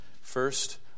first